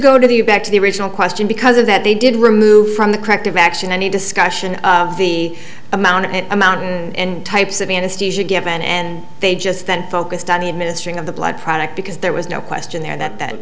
go to the back to the original question because of that they did remove from the corrective action any discussion of the amount and amount and types of anesthesia given and they just then focused on the administering of the blood product because there was no question there that that